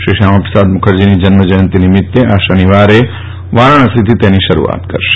શ્રી શ્યામાપ્રસાદ મુખરજીની જન્મજયંતિ નિમિત્તે આ શનિવારે વારાગ્રસીથી તેની શરૂઆત કરશે